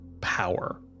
power